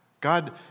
God